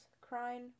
crying